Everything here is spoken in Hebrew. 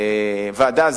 ועדה,